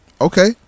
Okay